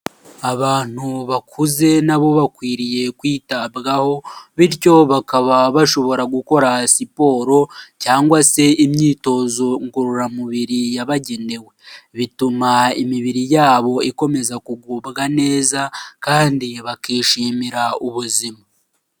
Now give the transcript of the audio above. Abantu bakuze na bo bakwiriye kwitabwaho bityo bakaba bashobora gukora siporo cyangwa se imyitozo ngororamubiri yabagenewe, bituma imibiri yabo ikomeza kugubwa neza kandi bakishimira ubuzima.